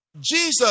Jesus